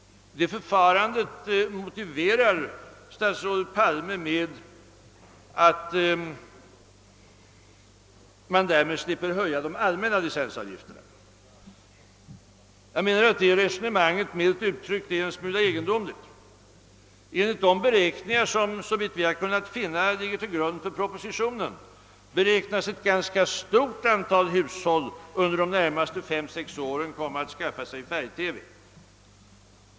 Detta förfarande motiverar statsrådet Palme med att man därmed slipper höja de allmänna licensavgifterna. Detta resonemang är, milt uttryckt, en smula egendomligt. Enligt de beräkningar som såvitt vi har kunnat finna ligger till grund för propositionen beräknas ett ganska stort antal hushåll under de närmaste 3—6 åren komma att skaffa sig färg-TV.